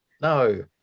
No